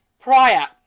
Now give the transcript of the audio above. prior